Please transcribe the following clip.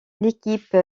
l’équipe